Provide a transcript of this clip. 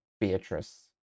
Beatrice